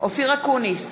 אופיר אקוניס,